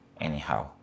anyhow